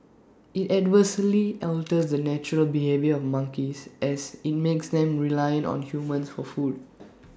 IT adversely alters the natural behaviour of monkeys as in makes them reliant on humans for food